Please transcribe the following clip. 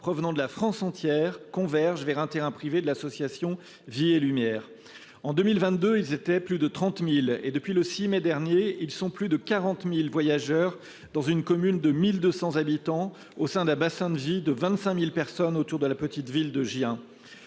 provenant de la France entière convergent vers un terrain privé de l'association Vie et Lumière. En 2022, ils étaient plus de 30 000 et, depuis le 6 mai dernier, ils sont plus de 40 000 voyageurs dans une commune de 1 200 habitants, au sein d'un bassin de vie de 25 000 personnes autour de la petite ville de Gien.